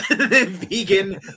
vegan